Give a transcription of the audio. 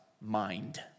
mind